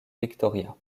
victoria